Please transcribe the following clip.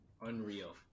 unreal